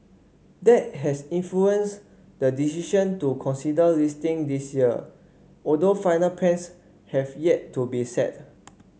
that has influenced the decision to consider listing this year although final plans have yet to be set